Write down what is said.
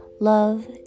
love